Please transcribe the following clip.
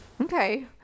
Okay